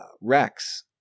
Rex